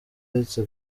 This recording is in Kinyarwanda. uretse